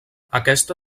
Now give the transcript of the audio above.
aquesta